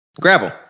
gravel